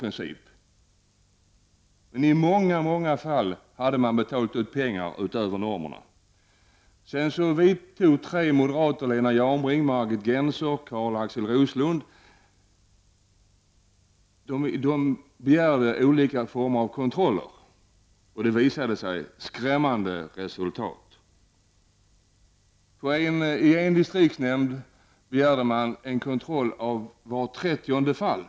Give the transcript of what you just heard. I många fall hade man alltså betalat ut mer pengar än enligt normerna. Då begärde tre moderater -- Lena Roslund -- olika former av kontroll. Det visade skrämmande resultat. I en distriktsnämnd begärde man en kontroll av vart 30:e fall.